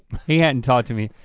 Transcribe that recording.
he hadn't talked to me,